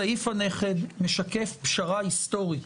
סעיף הנכד משקף פשרה היסטורית.